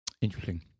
Interesting